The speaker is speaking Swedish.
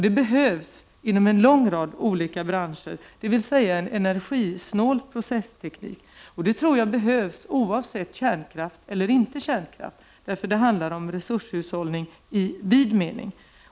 Det behövs inom en lång rad olika branscher en energisnålare processteknik. Det behövs oavsett om man har kärnkraft eller inte. Det handlar om resurshushållning i vid mening.